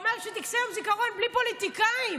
שטקסי יום הזיכרון יהיו בלי פוליטיקאים.